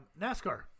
NASCAR